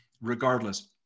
regardless